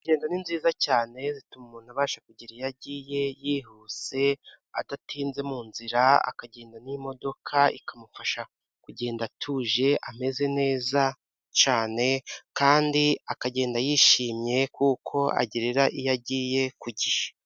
Ingendo ni nziza cyane zituma umuntu abasha kugera iyo agiye yihuse, adatinze mu nzira, akagenda n'imodoka ikamufasha kugenda atuje ameze neza cyane, kandi akagenda yishimye kuko agira iyo agiye ku gihe.